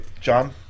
John